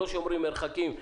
שלא שומרים מרחקים,